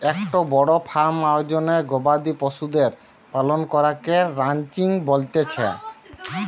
একটো বড় ফার্ম আয়োজনে গবাদি পশুদের পালন করাকে রানচিং বলতিছে